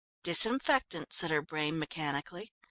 disinfectant, said her brain mechanically.